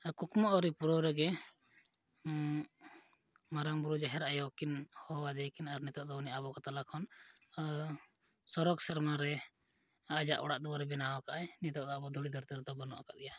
ᱠᱩᱠᱢᱩ ᱟᱹᱣᱨᱤ ᱯᱩᱨᱟᱹᱣ ᱨᱮᱜᱮ ᱢᱟᱨᱟᱝ ᱵᱩᱨᱩ ᱡᱟᱦᱮᱨ ᱟᱭᱳ ᱠᱤᱱ ᱦᱚᱦᱚᱣᱟᱫᱮᱭᱟ ᱠᱤᱱ ᱱᱤᱛᱳᱜ ᱫᱚ ᱩᱱᱤ ᱟᱵᱚᱠᱚ ᱛᱟᱞᱟ ᱠᱷᱚᱱ ᱥᱚᱨᱚᱜᱽ ᱥᱮᱨᱢᱟᱨᱮ ᱟᱭᱟᱜ ᱚᱲᱟᱜ ᱫᱩᱣᱟᱹᱨᱮ ᱵᱮᱱᱟᱣ ᱟᱠᱟᱫᱟᱭ ᱱᱤᱛᱳᱜ ᱟᱵᱚ ᱫᱷᱩᱲᱤ ᱫᱷᱟᱹᱨᱛᱤ ᱨᱮᱫᱚ ᱵᱟᱹᱱᱩᱜ ᱟᱠᱟᱫᱮᱭᱟ